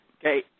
Okay